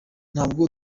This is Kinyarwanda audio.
ntabwo